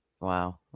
wow